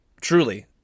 Truly